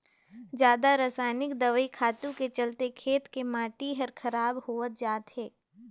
जादा रसायनिक दवई खातू के चलते खेत के माटी हर खराब होवत जात हे